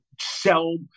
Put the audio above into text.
sell